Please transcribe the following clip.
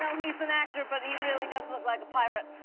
so he's an actor, but he really does look like a pirate.